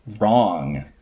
wrong